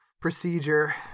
procedure